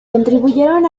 contribuyeron